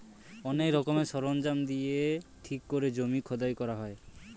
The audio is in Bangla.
অনেক রকমের সরঞ্জাম দিয়ে ঠিক করে জমি খোদাই করা হয়